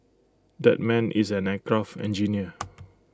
that man is an aircraft engineer